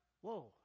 whoa